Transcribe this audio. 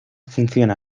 funciona